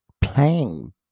playing